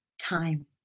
time